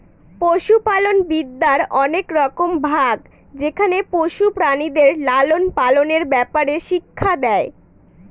পশুপালনবিদ্যার অনেক রকম ভাগ যেখানে পশু প্রাণীদের লালন পালনের ব্যাপারে শিক্ষা দেয়